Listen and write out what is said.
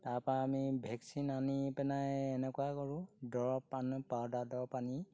তাৰপৰা আমি ভেকচিন আনি পেনাই এনেকুৱাই কৰোঁ দৰৱ আনো পাউদাৰ দৰৱ আনি